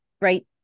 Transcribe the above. right